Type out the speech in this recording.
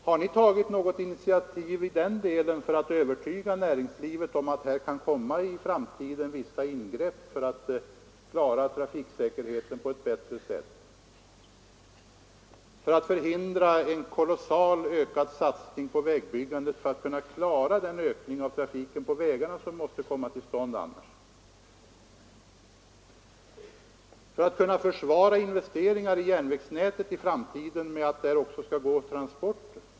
Har ni tagit något initiativ för att övertyga näringslivet om att det i framtiden kan bli nödvändigt med vissa ingrepp för att trygga trafiksäkerheten på ett bättre sätt, för att förhindra en kolossalt ökad satsning på vägbyggandet för att klara den ökning av trafiken på vägarna som annars måste komma till stånd, för att försvara kommande investeringar i järnvägsnätet med att där också skall gå transporter?